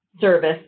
service